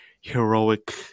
heroic